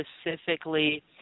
specifically